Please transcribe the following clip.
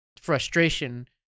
frustration